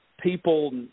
people